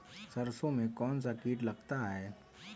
सरसों में कौनसा कीट लगता है?